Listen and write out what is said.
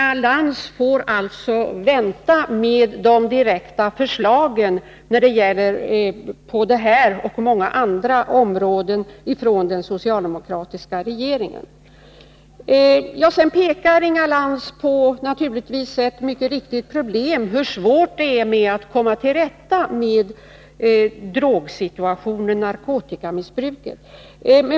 Inga Lantz får alltså vänta på de direkta förslagen på detta och många andra områden från den socialdemokratiska regeringen. Inga Lantz pekar på ett naturligtvis mycket viktigt problem, nämligen hur svårt det är att komma till rätta med narkotikamissbruket.